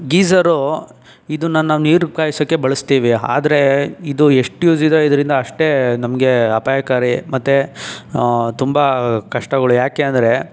geyser ಇದು ನನ್ನ ನೀರು ಕಾಯ್ಸೋಕ್ಕೆ ಬಳಸ್ತೀವಿ ಆದರೆ ಇದು ಎಷ್ಟು ಯೂಸಿದೆ ಇದರಿಂದ ಅಷ್ಟೇ ನಮಗೆ ಅಪಾಯಕಾರಿ ಮತ್ತೆ ತುಂಬ ಕಷ್ಟಗಳು ಯಾಕೆ ಅಂದರೆ